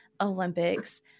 Olympics